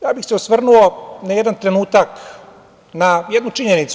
Ja bih se osvrnuo na jedan trenutak na jednu činjenicu.